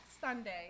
Sunday